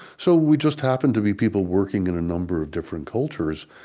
so we just happen to be people working in a number of different cultures,